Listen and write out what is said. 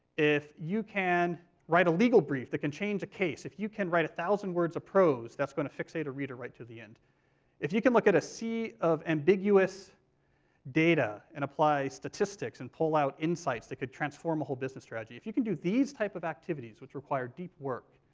if you can write a legal brief that can change a case, if you can write a thousand words of prose that's going to fixate a reader right to the end if you can look at a sea of ambiguous data and apply statistics, and pull out insights that could transform a business strategy, if you can do these type of activities which require deep work,